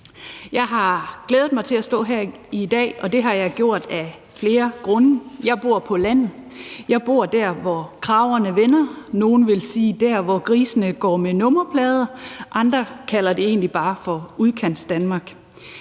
Jeg har glædet mig til at stå her i dag, og det har jeg gjort af flere grunde. Jeg bor på landet. Jeg bor der, hvor kragerne vender; nogle vil sige, at det er der, hvor grisene går med nummerplader, og andre kalder det egentlig bare for Udkantsdanmark.